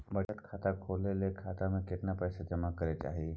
बचत खाता खोले के लेल खाता में कतेक पैसा जमा करे के चाही?